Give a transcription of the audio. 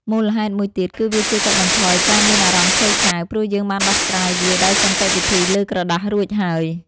មូលហេតុមួយទៀតគឺវាជួយកាត់បន្ថយការមានអារម្មណ៍ឆេវឆាវ ព្រោះយើងបានដោះស្រាយវាដោយសន្តិវិធីលើក្រដាសរួចហើយ។